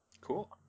Cool